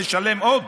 תשלם עוד?